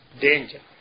danger